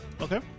Okay